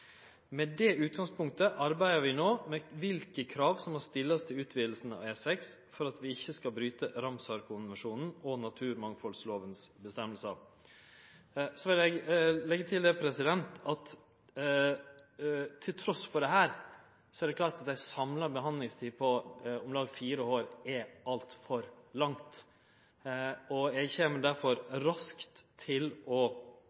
Med dette utgangspunktet arbeider vi no med kva krav som må stillast til utvidinga av E6 for at vi ikkje skal bryte Ramsar-konvensjonen og naturmangfaldlovas avgjerder. Så vil eg leggje til at trass i dette er det klart at ei samla behandlingstid på om lag fire år er altfor lang. Eg kjem derfor raskt til å